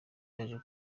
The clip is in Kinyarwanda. yaje